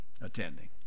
Attending